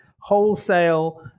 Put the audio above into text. wholesale